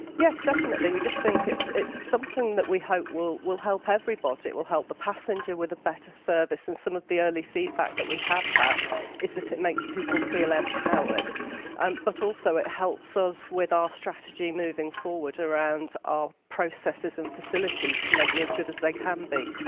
yeah definitely, we just think it's it's something that we hope will will help everybody it will help the passenger with a better service and some of the early feedback that we have had is that it makes people feel empowered and but also it helps us with our strategy moving forward around our processes and facilities to make them as good as they can be.